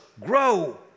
grow